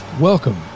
Welcome